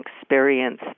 experience